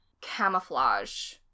camouflage